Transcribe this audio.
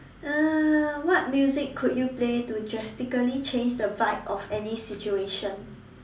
uh what music could you play to drastically change the vibe of any situation